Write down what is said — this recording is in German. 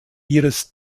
ihres